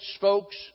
folks